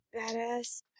badass